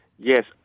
Yes